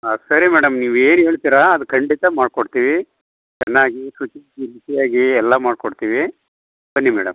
ಹಾಂ ಸರಿ ಮೇಡಮ್ ನೀವು ಏನು ಹೇಳ್ತೀರೋ ಅದು ಖಂಡಿತ ಮಾಡಿಕೊಡ್ತೀವಿ ಚೆನ್ನಾಗಿ ರುಚಿಯಾಗಿ ಎಲ್ಲ ಮಾಡಿಕೊಡ್ತೀವಿ ಬನ್ನಿ ಮೇಡಮ್